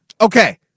Okay